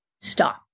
stop